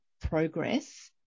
progress